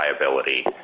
liability